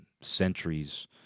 centuries